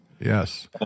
Yes